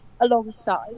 alongside